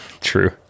True